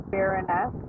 Baroness